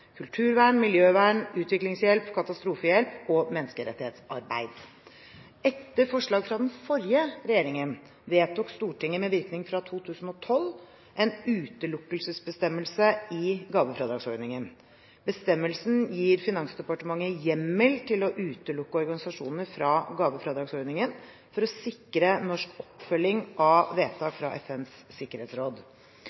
kulturvern, miljøvern, utviklingshjelp, katastrofehjelp og menneskerettighetsarbeid. Etter forslag fra den forrige regjeringen vedtok Stortinget med virkning fra 2012 en utelukkelsesbestemmelse i gavefradragsordningen. Bestemmelsen gir Finansdepartementet hjemmel til å utelukke organisasjoner fra gavefradragsordningen for å sikre norsk oppfølging av vedtak